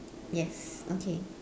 yes okay